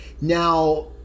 Now